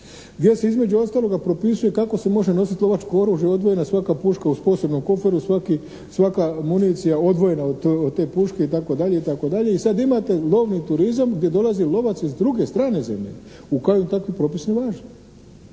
gdje se između ostaloga propisuje kako se može nositi lovačko oružje, odvojeno svaka puška u posebnom koferu, svaka municija odvojena od te puše itd., i sad imate lovni turizam gdje dolazi lovac iz druge, strane zemlje u kojoj takav propis ne važi.